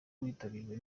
witabiriwe